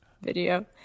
video